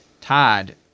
Todd